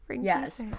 Yes